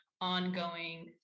ongoing